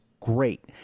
great